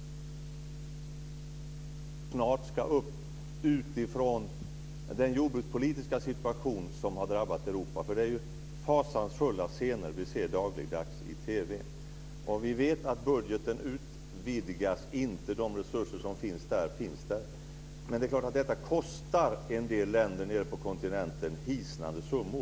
Jag vet att ni inte hade den frågan uppe på dagordningen, men den ska ändå snart upp. Det är fasansfulla scener vi ser dagligdags i TV. Vi vet att budgeten inte utvidgas. De resurser som finns där, finns där. Men det är klart detta kostar en del länder nere på kontinenten hisnande summor.